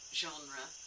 genre